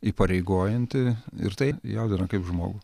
įpareigojanti ir tai jaudina kaip žmogų